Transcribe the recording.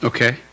Okay